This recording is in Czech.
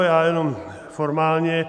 Já jenom formálně.